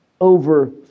over